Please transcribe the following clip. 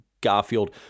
Garfield